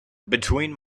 between